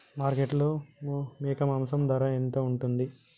మార్కెట్లో మేక మాంసం ధర ఎంత ఉంటది?